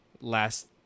last